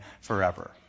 forever